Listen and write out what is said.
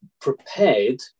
prepared